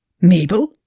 Mabel